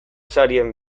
sarien